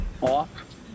off